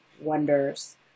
Wonders